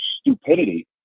stupidity